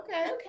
Okay